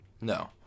No